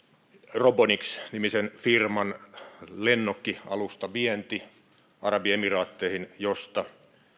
robonic nimisen firman lennokkialustavienti arabiemiraatteihin josta